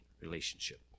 relationship